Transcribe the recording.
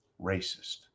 racist